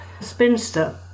spinster